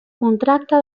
contracte